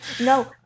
No